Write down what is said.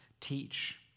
teach